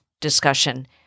discussion